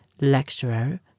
Lecturer